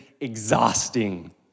exhausting